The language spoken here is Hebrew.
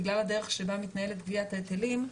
בגלל הדרך שבה מתנהלת גביית ההיטלים,